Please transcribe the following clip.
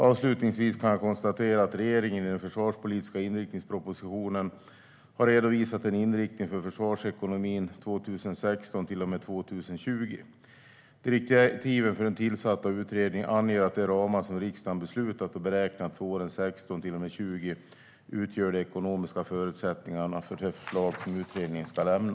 Avslutningsvis kan jag konstatera att regeringen i den försvarspolitiska inriktningspropositionen har redovisat en inriktning för försvarsekonomin 2016 till och med 2020. Direktiven för den tillsatta utredningen anger att de ramar som riksdagen beslutat och beräknat för åren 2016 till och med 2020 utgör de ekonomiska förutsättningarna för de förslag som utredningen ska lämna.